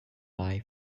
buy